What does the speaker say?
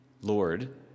Lord